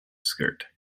skirt